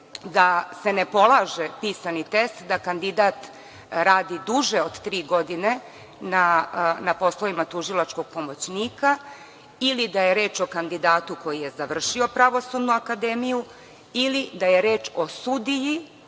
da se ne polaže pisani test, da kandidat radi duže od tri godine na poslovima tužilačkog pomoćnika ili da je reč o kandidatu koji je završio Pravosudnu akademiju ili da je reč o sudiji